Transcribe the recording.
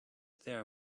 there